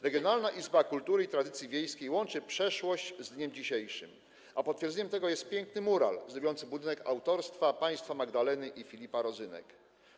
Regionalna Izba Kultury i Tradycji Wiejskiej łączy przeszłość z dniem dzisiejszym, a potwierdzeniem tego jest piękny mural zdobiący budynek, autorstwa państwa Magdaleny i Filipa Rozynków.